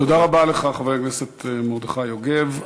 תודה רבה לך, חבר הכנסת מרדכי יוגב.